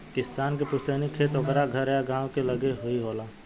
किसान के पुस्तैनी खेत ओकरा घर या गांव के लगे ही होला